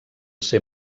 ser